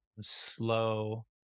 slow